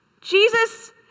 Jesus